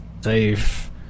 safe